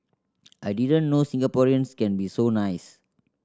I didn't know Singaporeans can be so nice